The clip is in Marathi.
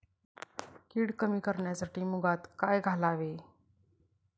कीड कमी करण्यासाठी मुगात काय घालावे?